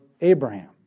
Abraham